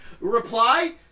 Reply